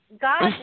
God